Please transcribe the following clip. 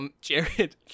Jared